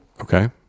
Okay